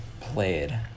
played